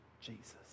Jesus